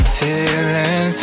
feeling